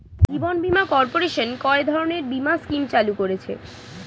জীবন বীমা কর্পোরেশন কয় ধরনের বীমা স্কিম চালু করেছে?